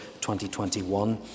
2021